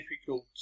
difficult